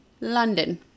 London